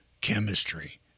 chemistry